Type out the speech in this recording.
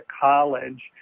college